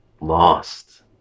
lost